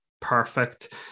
perfect